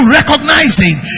recognizing